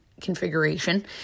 configuration